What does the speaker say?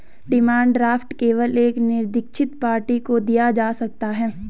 demand draft केवल एक निरदीक्षित पार्टी को दिया जा सकता है